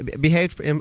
Behaved